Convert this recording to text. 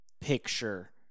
picture